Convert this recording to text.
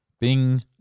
Bing